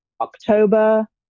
October